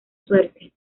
suerte